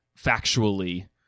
factually